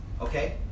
Okay